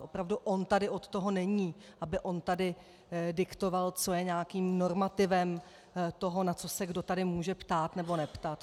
Opravdu on tady od toho není, aby on tady diktoval, co je nějakým normativem, na co se kdo tady může ptát nebo neptat.